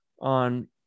on